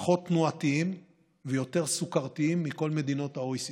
פחות תנועתיים ויותר סוכרתיים מבכל מדינות ה-OECD.